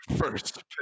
first